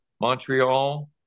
montreal